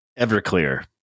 Everclear